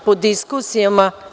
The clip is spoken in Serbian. po diskusijama.